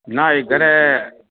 ના એ ઘરે